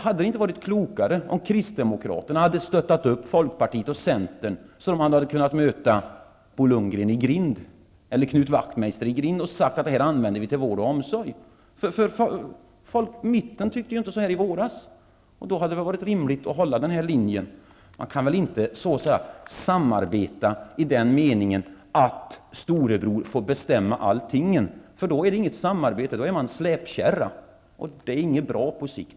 Hade det inte varit klokare om Kristdemokraterna hade stöttat upp Folkpartiet och Centern så att man hade kunnat mota Bo Lundgren eller Knut Wachtmeister i grind och säga att det här skall användas till vård och omsorg. Mitten tyckte inte så här i våras. Då hade det väl varit rimligt att hålla den här linjen. Man kan väl inte samarbeta i den meningen att storebror får bestämma allting. Då är det inget samarbete utan då är man släpkärra, och det är inte bra på sikt.